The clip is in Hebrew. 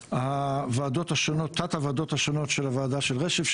לחברי תתי הוועדות השונות של הוועדה של רשף,